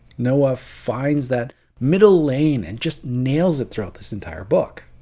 noah finds that middle lane and just nails it throughout this entire book.